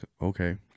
okay